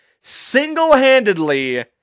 single-handedly